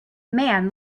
man